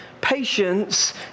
Patience